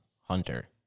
Hunter